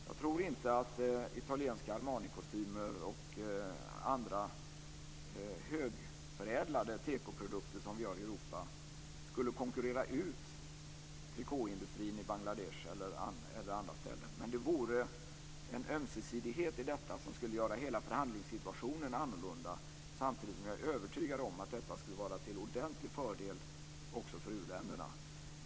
Jag tror inte att italienska Armanikostymer och andra högförädlade tekoprodukter som vi gör i Europa skulle konkurrera ut trikåindustrin i Bangladesh, men det vore en ömsesidighet i detta som skulle göra hela förhandlingssituationen annorlunda samtidigt som jag är övertygad om att detta skulle vara till ordentlig fördel också för u-länderna.